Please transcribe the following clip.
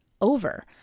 over